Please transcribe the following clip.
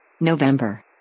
November